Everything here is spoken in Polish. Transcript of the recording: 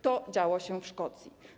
To działo się w Szkocji.